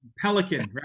Pelican